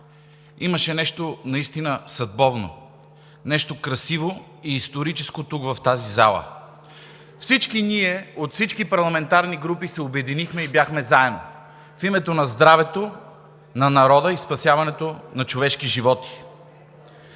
имаше нещо наистина съдбовно, нещо красиво и историческо в тази зала – всички ние от всички парламентарни групи се обединихме и бяхме заедно в името на здравето на народа и спасяването на човешки животи.